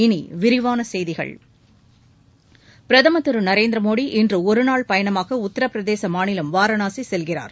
இனிவிரிவானசெய்திகள் பிரதமர் திருநரேந்திரமோடி இன்றுஒருநாள் பயணமாகஉத்தரப்பிரதேசமாநிலம் வாரணாசிசெல்கிறார்